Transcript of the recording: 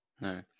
No